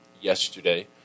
yesterday